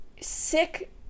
sick